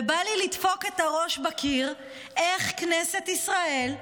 ובא לי לדפוק את הראש בקיר, איך כנסת ישראל,